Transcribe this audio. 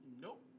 Nope